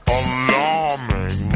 alarming